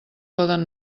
poden